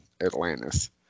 Atlantis